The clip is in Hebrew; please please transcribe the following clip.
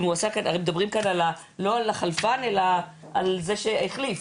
הרי מדברים כאן לא על החלפן אלא על זה שהחליף,